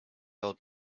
old